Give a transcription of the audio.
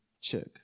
check